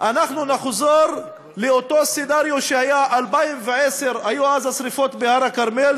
אנחנו נחזור לאותו סצנריו שהיה ב-2010: היו אז השרפות בהר-הכרמל,